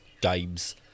games